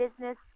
business